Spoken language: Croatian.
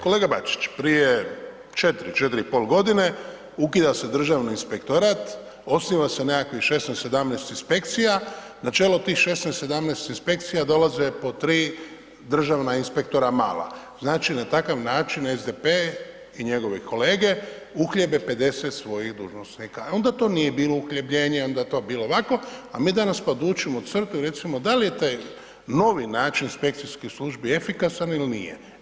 Kolega Bačić, prije 4, 4,5.g. ukida se Državni inspektorat, osniva se nekakvih 16, 17 inspekcija, na čelo tih 16, 17 inspekcija dolaze po 3 državna inspektora mala, znači, na takav način SDP i njegovi kolege uhljebe 50 svojih dužnosnika, onda to nije bilo uhljebljenje, onda je to bilo ovako, a mi danas podvučemo crtu i recimo dal je taj novi način inspekcijskih službi efikasan il nije?